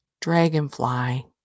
dragonfly